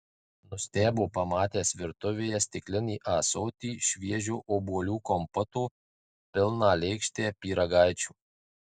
nustebo pamatęs virtuvėje stiklinį ąsotį šviežio obuolių kompoto pilną lėkštę pyragaičių